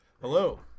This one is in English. Hello